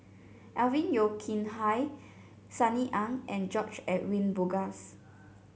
Alvin Yeo Khirn Hai Sunny Ang and George Edwin Bogaars